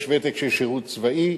יש ותק של שירות צבאי,